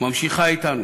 ממשיכות אתנו